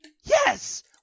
Yes